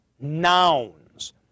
nouns